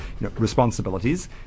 responsibilities